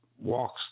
walks